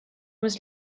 was